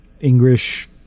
English